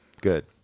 Good